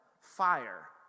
fire